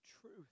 truth